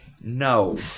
no